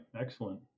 excellent